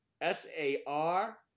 S-A-R-